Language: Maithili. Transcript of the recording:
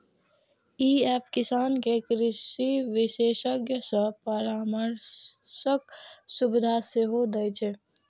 ई एप किसान कें कृषि विशेषज्ञ सं परामर्शक सुविधा सेहो दै छै